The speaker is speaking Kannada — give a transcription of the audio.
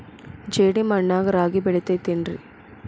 ಜೇಡಿ ಮಣ್ಣಾಗ ರಾಗಿ ಬೆಳಿತೈತೇನ್ರಿ?